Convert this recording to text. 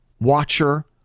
watcher